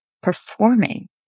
performing